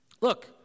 Look